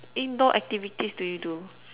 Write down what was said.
indoor activities do you do